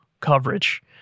coverage